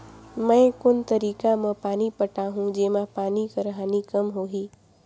मैं कोन तरीका म पानी पटाहूं जेमा पानी कर हानि कम होही?